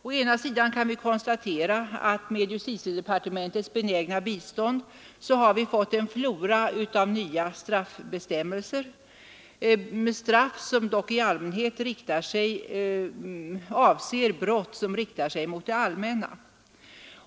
Å ena sidan har vi med justitiedepartementes bistånd fått en flora av nya straffbestämmelser, som dock i allmänhet avser brott som riktar sig mot det allmänna.